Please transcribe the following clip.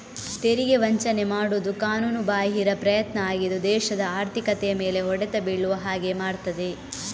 ತೆರಿಗೆ ವಂಚನೆ ಮಾಡುದು ಕಾನೂನುಬಾಹಿರ ಪ್ರಯತ್ನ ಆಗಿದ್ದು ದೇಶದ ಆರ್ಥಿಕತೆಯ ಮೇಲೆ ಹೊಡೆತ ಬೀಳುವ ಹಾಗೆ ಮಾಡ್ತದೆ